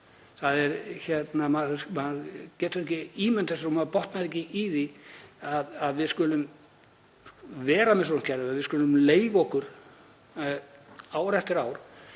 í kerfinu. Maður getur ekki ímyndað sér og maður botnar ekki í því að við skulum vera með svona kerfi, að við skulum leyfa okkur ár eftir ár